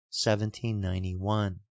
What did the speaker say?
1791